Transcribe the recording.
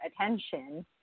attention